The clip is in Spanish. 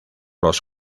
los